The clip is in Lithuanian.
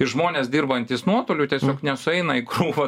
ir žmonės dirbantys nuotoliu tiesiog nesueina į krūvą